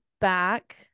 back